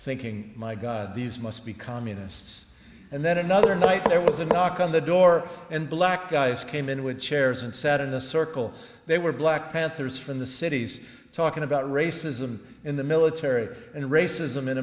thinking my god these must be communists and then another night there was a knock on the door and black guys came in with chairs and sat in a circle they were black panthers from the cities talking about racism in the military and racism in